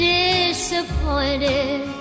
disappointed